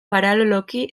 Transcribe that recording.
paraleloki